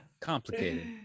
Complicated